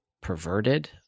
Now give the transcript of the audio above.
perverted